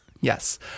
Yes